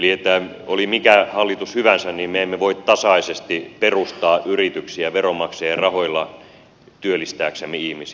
eli oli hallitus mikä hyvänsä me emme voi tasaisesti perustaa yrityksiä veronmaksajien rahoilla työllistääksemme ihmisiä